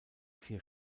vier